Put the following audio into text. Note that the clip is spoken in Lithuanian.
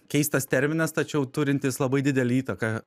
keistas terminas tačiau turintis labai didelę įtaką